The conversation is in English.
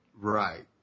Right